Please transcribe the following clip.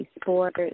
Sports